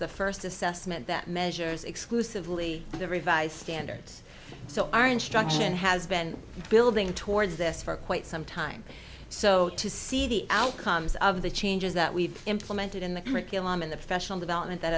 the first assessment that measures exclusively the revised standards so our instruction has been building towards this for quite some time so to see the outcomes of the changes that we've implemented in the curriculum and the professional development that